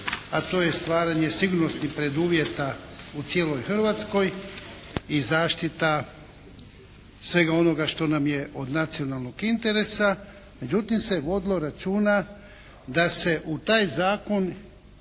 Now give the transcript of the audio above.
a to je stvaranje sigurnosnih preduvjeta u cijeloj Hrvatskoj i zaštita svega onoga što nam je od nacionalnog interesa. Međutim se vodilo računa da se u taj zakon